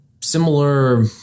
similar